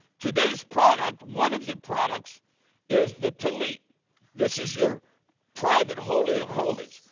today's product one of the products is the tallit. this is your private holy of holies.